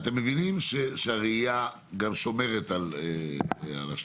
אתם מבינים שהרעייה גם שומרת על השטחים.